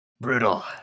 Brutal